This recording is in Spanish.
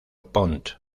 pont